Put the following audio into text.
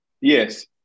yes